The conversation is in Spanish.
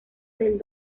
del